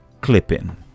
clipping